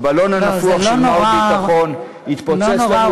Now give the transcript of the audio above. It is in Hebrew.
הבלון הנפוח של מר ביטחון יתפוצץ לנו בפנים.